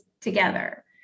together